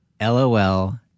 LOL